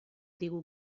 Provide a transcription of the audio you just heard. digu